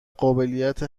قابلیت